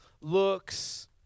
looks